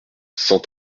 cent